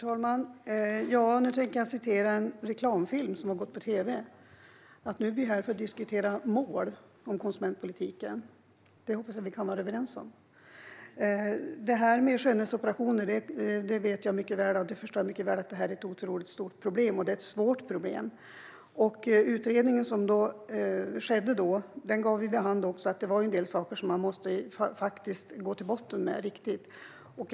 Herr talman! Nu tänker jag citera en reklamfilm som har gått på tv. Nu är vi här för att diskutera mål för konsumentpolitiken. Det hoppas jag att vi kan vara överens om. Jag vet mycket väl att det här med skönhetsoperationer är ett otroligt stort problem. Och det är ett svårt problem. Den utredning som gjordes gav vid handen att det var en del saker som man faktiskt måste gå riktigt till botten med.